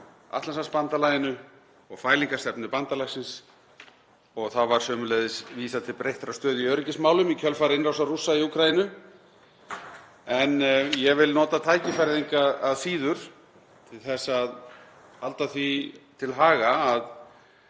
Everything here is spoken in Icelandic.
Atlantshafsbandalaginu og fælingarstefnu bandalagsins og það var sömuleiðis vísað til breyttrar stöðu í öryggismálum í kjölfar innrásar Rússa í Úkraínu. Ég vil nota tækifærið engu að síður til að halda því til haga að